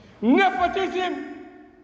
Nepotism